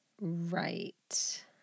Right